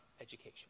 education